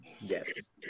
yes